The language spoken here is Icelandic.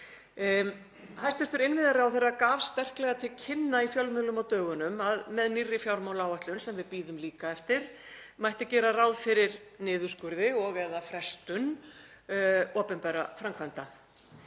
Hæstv. innviðaráðherra gaf sterklega til kynna í fjölmiðlum á dögunum að með nýrri fjármálaáætlun, sem við bíðum líka eftir, mætti gera ráð fyrir niðurskurði og/eða frestun opinberra framkvæmda.